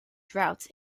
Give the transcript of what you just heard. droughts